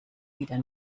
wieder